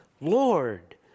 Lord